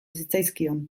zitzaizkion